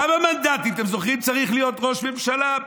כמה מנדטים, אתם זוכרים, צריך להיות לראש ממשלה?